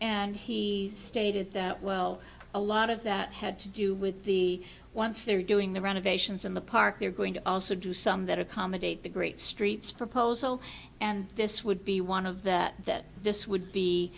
and he stated that well a lot of that had to do with the once they're doing the renovations in the park they're going to also do some that accommodate the great streets proposal and this would be one of that that this would be